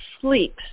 sleep